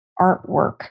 artwork